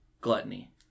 Gluttony